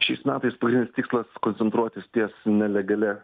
šiais metais pagrindinis tikslas koncentruotis ties nelegalia